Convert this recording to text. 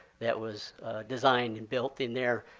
that was designed and built in there.